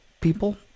people